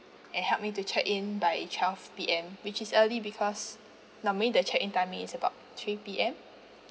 and help me to check in by twelve P_M which is early because normally the check in time maybe is about three P_M